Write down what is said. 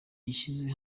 gishize